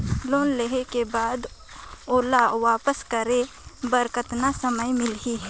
Loan लेहे के बाद ओला वापस करे बर कतना समय मिलही?